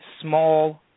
small